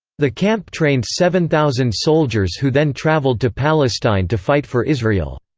the camp trained seven thousand soldiers who then traveled to palestine to fight for israel.